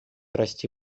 расти